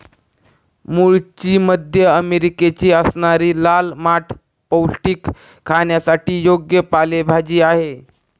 मूळची मध्य अमेरिकेची असणारी लाल माठ पौष्टिक, खाण्यासाठी योग्य पालेभाजी आहे